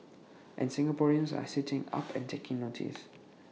and Singaporeans are sitting up and taking notice